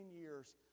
years